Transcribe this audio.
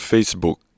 Facebook